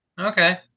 okay